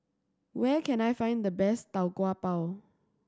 where can I find the best Tau Kwa Pau